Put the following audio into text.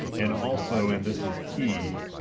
and also, and this is key,